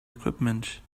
equipment